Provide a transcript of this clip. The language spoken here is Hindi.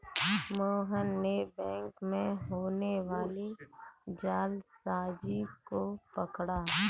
मोहन ने बैंक में होने वाली जालसाजी को पकड़ा